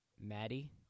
Maddie